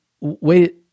wait